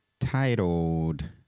Titled